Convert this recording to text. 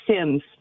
Sims